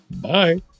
Bye